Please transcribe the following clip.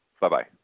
Bye-bye